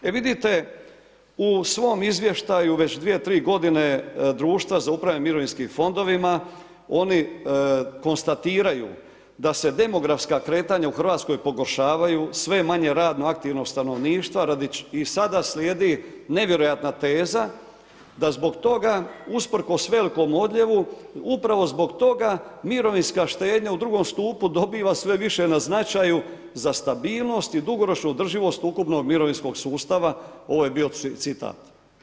E vidite, u svom izvještaju već 2, 3 g. društva za upravljanje mirovinskim fondovima, oni konstatiraju da se demografska kretanja u Hrvatskoj pogoršavaju, sve je manje radno aktivnog stanovništva i sada slijedi nevjerojatna teza da zbog toga usprkos velikom odljevu, upravo zbog toga mirovinska štednja u II. stupu dobiva sve više na značaju za stabilnost i dugoročnu održivost ukupnog mirovinskog sustava, ovo je bio citat.